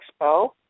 Expo